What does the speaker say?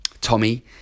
Tommy